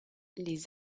les